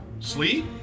Sleep